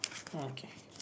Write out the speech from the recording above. okay